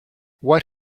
what